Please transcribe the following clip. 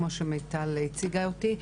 כמו שמיטל הציגה אותי.